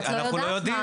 אנחנו לא יודעים.